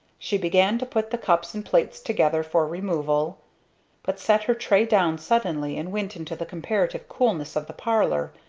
she began to put the cups and plates together for removal but set her tray down suddenly and went into the comparative coolness of the parlor,